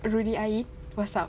Rudy Aip what's up